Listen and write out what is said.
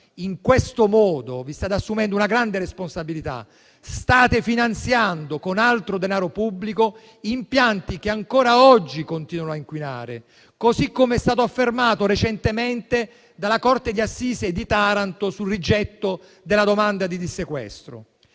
In questo modo vi state assumendo una grande responsabilità: state finanziando, con altro denaro pubblico, impianti che ancora oggi continuano a inquinare, così come è stato affermato recentemente dalla corte d'assise di Taranto sul rigetto della domanda di dissequestro.